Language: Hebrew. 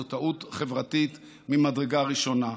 זאת טעות חברתית ממדרגה ראשונה.